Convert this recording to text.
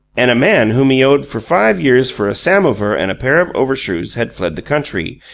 and a man whom he owed for five years for a samovar and a pair of overshoes had fled the country,